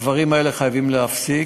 הדברים האלה חייבים להיפסק.